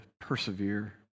persevere